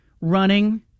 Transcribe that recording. running